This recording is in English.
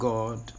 God